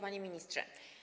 Panie Ministrze!